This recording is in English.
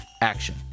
action